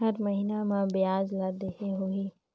हर महीना मा ब्याज ला देहे होही?